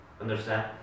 Understand